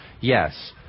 Yes